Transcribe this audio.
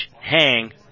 hang